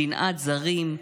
שנאת זרים,